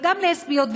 וגם לסביות,